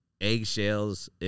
eggshells